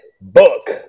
book